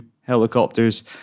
helicopters